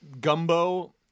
gumbo